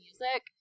music